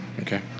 Okay